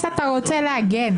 אתה רוצה להגן.